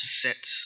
set